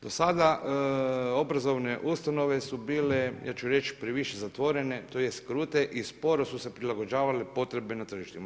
Do sada obrazovne ustanove su bile ja ću reći previše zatvorene, tj. krute i sporo su se prilagođavale potrebe na tržištima.